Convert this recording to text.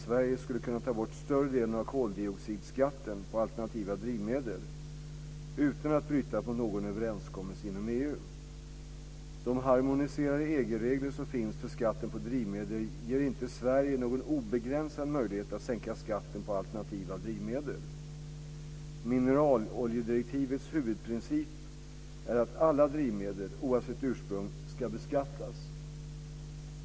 Sverige skulle kunna ta bort större delen av koldioxidskatten på alternativa drivmedel utan att bryta mot någon överenskommelse inom EU. De harmoniserade EG-regler som finns för skatten på drivmedel ger inte Sverige någon obegränsad möjlighet att sänka skatten på alternativa drivmedel. Mineraloljedirektivets huvudprincip är att alla drivmedel, oavsett ursprung, ska beskattas.